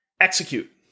execute